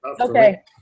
Okay